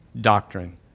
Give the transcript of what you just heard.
doctrine